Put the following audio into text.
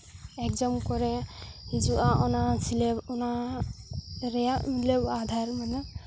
exam ᱠᱚᱨᱮ ᱦᱤᱡᱩᱜᱼᱟ ᱚᱱᱟ ᱨᱮᱭᱟᱜ ᱢᱤᱞᱟᱹᱣ ᱟᱫᱷᱟᱨ ᱢᱮᱱᱟᱜᱼᱟ